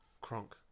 Kronk